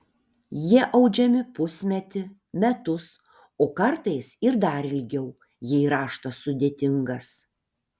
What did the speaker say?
jie audžiami pusmetį metus o kartais ir dar ilgiau jei raštas sudėtingas